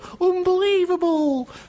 Unbelievable